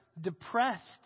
depressed